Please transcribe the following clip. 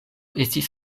estis